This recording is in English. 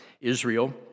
Israel